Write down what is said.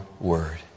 word